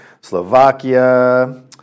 Slovakia